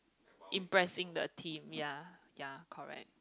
impressing the team ya ya correct